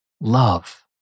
love